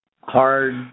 Hard